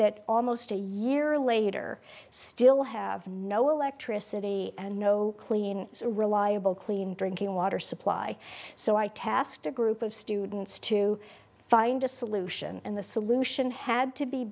that almost a year later still have no electricity and no clean reliable clean drinking water supply so i tasked a group of students to find a solution and the solution had to be